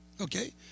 Okay